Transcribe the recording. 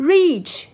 Reach